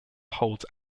holds